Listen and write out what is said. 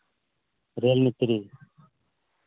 Realme three